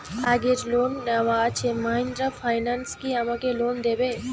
আগের লোন নেওয়া আছে মাহিন্দ্রা ফাইন্যান্স কি আমাকে লোন দেবে?